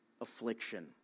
affliction